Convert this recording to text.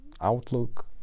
outlook